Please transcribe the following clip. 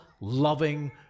loving